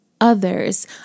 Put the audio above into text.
Others